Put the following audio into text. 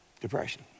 depression